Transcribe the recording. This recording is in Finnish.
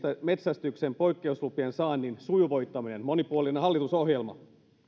metsästyksen poikkeuslupien saannin sujuvoittaminen monipuolinen hallitusohjelma